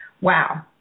Wow